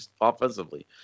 offensively